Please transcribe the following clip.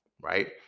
right